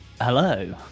Hello